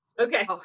Okay